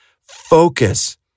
focus